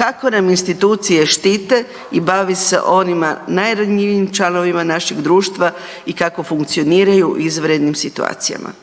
kako nam institucije štite i bave se onima najranjivijim članovima našeg društva i kako funkcioniraju u izvanrednim situacijama.